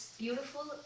beautiful